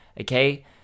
Okay